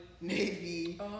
Navy